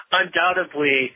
undoubtedly